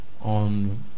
on